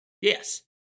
Yes